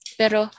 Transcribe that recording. pero